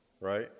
right